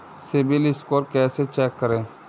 CIBIL score कैसे check करें?